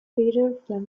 feature